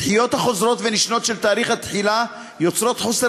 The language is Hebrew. הדחיות החוזרות ונשנות של תאריך התחילה יוצרות חוסר